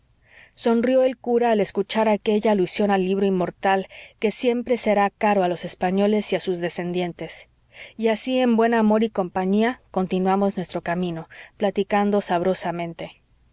sonrió el cura al escuchar aquella alusión al libro inmortal que siempre será caro a los españoles y a sus descendientes y así en buen amor y compañía continuamos nuestro camino platicando